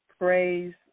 Praise